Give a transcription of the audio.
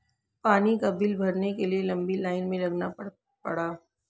पानी का बिल भरने के लिए लंबी लाईन में लगना पड़ा